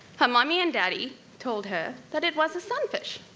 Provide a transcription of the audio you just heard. her mommy and daddy told her that it was a sun fish.